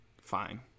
Fine